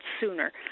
sooner